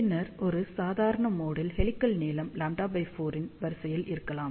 பின்னர் ஒரு சாதாரண மோட் ல் ஹெலிகல் நீளம் λ4 இன் வரிசையில் இருக்கலாம்